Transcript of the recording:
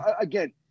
Again